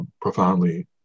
profoundly